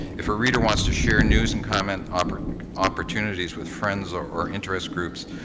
if a reader wants to share news and comment um opportunities with friends or interest groups,